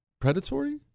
Predatory